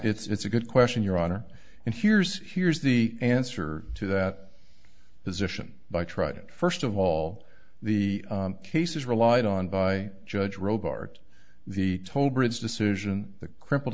it's it's a good question your honor and here's here's the answer to that position by tried it first of all the cases relied on by judge robert the toll bridge decision the cripple